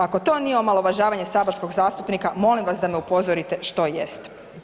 Ako to nije omalovažavanje saborskog zastupnika, molim vas da me upozorite što jest.